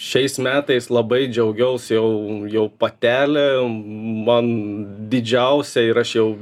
šiais metais labai džiaugiaus jau jau patelė man didžiausia ir aš jau